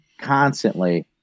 constantly